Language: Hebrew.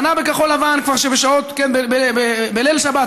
חונה בכחול לבן בליל שבת,